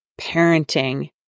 parenting